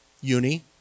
uni